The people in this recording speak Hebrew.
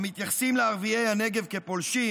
המתייחסים לערביי הנגב כאל פולשים,